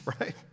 right